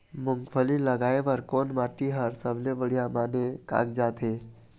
मूंगफली लगाय बर कोन माटी हर सबले बढ़िया माने कागजात हे?